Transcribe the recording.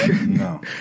No